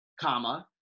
comma